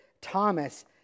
Thomas